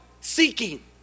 seeking